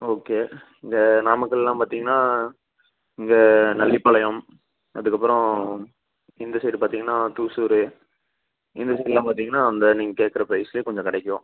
okay இந்த நாமக்கல்லாம் பார்த்தீங்கன்னா இங்கே நல்லிபாளையம் அதுக்கப்புறம் இந்த சைடு பார்த்தீங்கன்னா தூசூரு இந்த சைடெலாம் பார்த்தீங்கன்னா அந்த நீங்கள் கேட்கற ப்ரைஸில் கொஞ்சம் கிடைக்கும்